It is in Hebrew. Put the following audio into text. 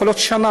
יכול להיות שנה,